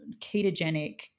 ketogenic